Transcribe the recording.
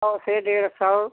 सौ से डेढ़ सौ